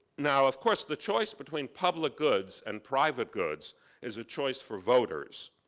now, of course, the choice between public goods and private goods is a choice for voters.